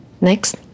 Next